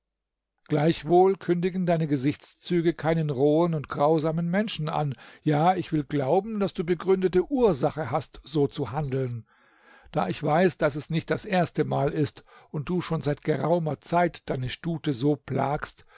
gleichwohl kündigen deine gesichtszüge keinen rohen und grausamen menschen an ja ich will glauben daß du begründete ursache hast so zu handeln da ich weiß daß es nicht das erste mal ist und du schon seit geraumer zeit deine stute so plagst